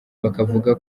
bakavuga